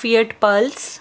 feat plus